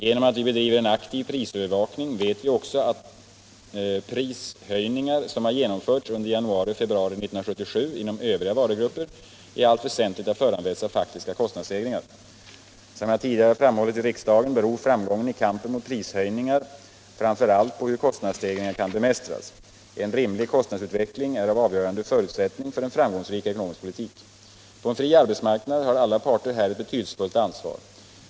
Genom att vi bedriver en aktiv prisövervakning vet vi också att prishöjningar som har genomförts under januari och februari 1977 inom övriga varugrupper i allt väsentligt har föranletts av faktiska kostnadsstegringar. Som jag tidigare har framhållit i riksdagen beror framgången i kampen mot prishöjningar framför allt på hur kostnadsstegringarna kan bemästras. En rimlig kostnadsutveckling är en avgörande förutsättning för en framgångsrik ekonomisk politik. På en fri arbetsmarkand har alla parter här ett betydelsefullt ansvar.